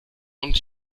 und